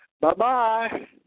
Bye-bye